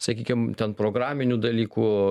sakykim ten programinių dalykų